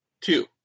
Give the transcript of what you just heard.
Two